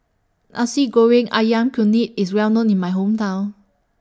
Nasi Goreng Ayam Kunyit IS Well known in My Hometown